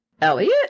Elliot